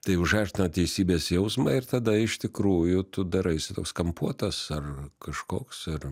tai užaštrina teisybės jausmą ir tada iš tikrųjų tu daraisi toks kampuotas ar kažkoks ar